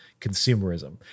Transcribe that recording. consumerism